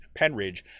Penridge